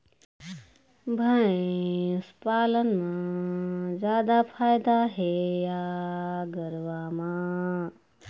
भैंस पालन म जादा फायदा हे या गरवा म?